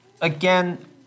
again